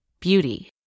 Beauty